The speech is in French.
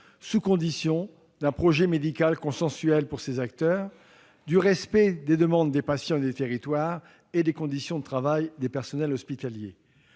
l'élaboration d'un projet médical consensuel et du respect des demandes des patients et des territoires, ainsi que des conditions de travail des personnels hospitaliers.